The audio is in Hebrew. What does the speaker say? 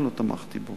לכן לא תמכתי בו.